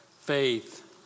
faith